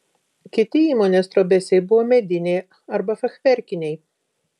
kiti įmonės trobesiai buvo mediniai arba fachverkiniai